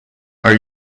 are